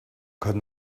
could